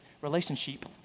relationship